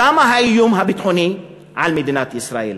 שם האיום הביטחוני על מדינת ישראל.